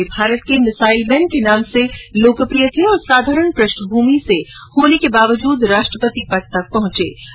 वे भारत के missile man के नाम से लोकप्रिय थे और साधारण पृष्ठ भूमि से होने के बावजूद राष्ट्रपति पद पर पहुंचे े